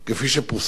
כפי שפורסם השבוע.